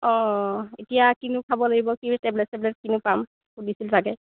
অ এতিয়া কিনো খাব লাগিব কিনো টেবলেট চেবলেট কিনো পাম সুধিছিলোঁ তাকে